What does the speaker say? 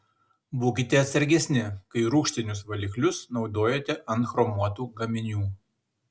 būkite atsargesni kai rūgštinius valiklius naudojate ant chromuotų gaminių